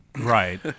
Right